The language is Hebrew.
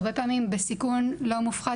הרבה פעמים בסיכון לא מופחת,